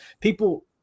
people